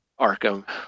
Arkham